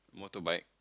motorbike